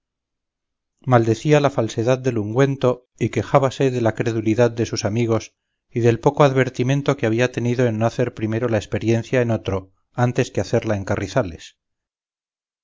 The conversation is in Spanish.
maldecía la falsedad del ungüento y quejábase de la credulidad de sus amigos y del poco advertimiento que había tenido en no hacer primero la experiencia en otro antes de hacerla en carrizales